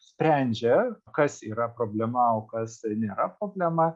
sprendžia kas yra problema o kas nėra problema